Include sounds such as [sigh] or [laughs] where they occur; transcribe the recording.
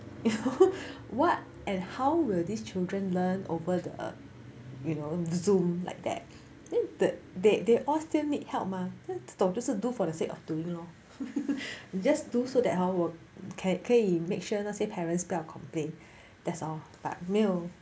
[laughs] what and how will these children learn over the you know zoom like that then that they all still need help mah 这种就是 do for the sake of doing lor you just do so hor that 我可以 make sure 那些 parents 不要 complain that's all but 没有